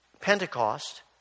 Pentecost